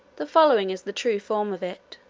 the following is the true form of it